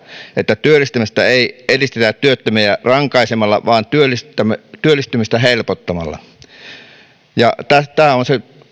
että työllistymistä ei edistetä työttömiä rankaisemalla vaan työllistymistä työllistymistä helpottamalla tämä on se